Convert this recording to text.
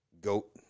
goat